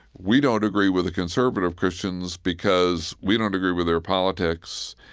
we don't agree with the conservative christians because we don't agree with their politics.